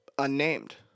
Unnamed